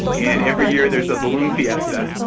and every year there's a balloon fiesta,